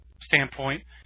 standpoint